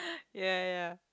ya ya